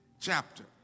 chapter